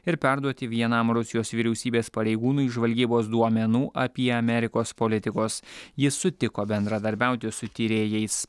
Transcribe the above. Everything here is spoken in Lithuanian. ir perduoti vienam rusijos vyriausybės pareigūnui žvalgybos duomenų apie amerikos politikus ji sutiko bendradarbiauti su tyrėjais